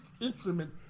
instrument